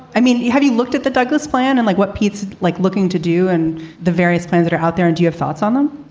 i mean, you have you looked at the douglass plan and like what pete's like looking to do and the various plans that are out there. and do you have thoughts on them?